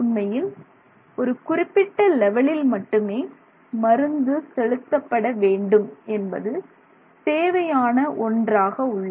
உண்மையில் ஒரு குறிப்பிட்ட லெவலில் மட்டுமே மருந்து செலுத்தப்பட வேண்டும் என்பது தேவையான ஒன்றாக உள்ளது